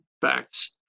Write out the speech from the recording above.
facts